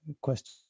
question